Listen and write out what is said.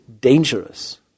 dangerous